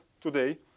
today